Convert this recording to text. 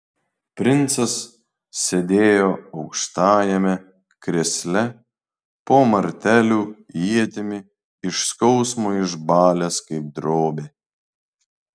princas sėdėjo aukštajame krėsle po martelių ietimi iš skausmo išbalęs kaip drobė